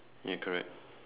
ya correct